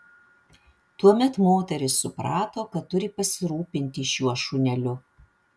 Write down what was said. tuomet moteris suprato kad turi pasirūpinti šiuo šuneliu